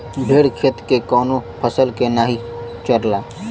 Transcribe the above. भेड़ खेत के कवनो फसल के नाही चरला